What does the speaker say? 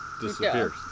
disappears